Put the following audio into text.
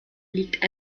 liegt